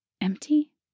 Empty